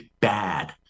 bad